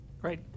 Great